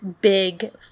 big